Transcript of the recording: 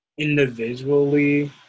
individually